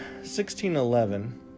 1611